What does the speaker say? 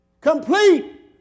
complete